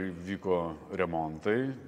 vyko remontai